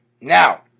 Now